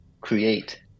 create